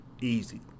Easy